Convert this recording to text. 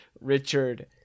richard